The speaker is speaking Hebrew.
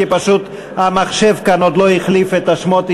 כי פשוט המחשב כאן עוד לא החליף את השמות.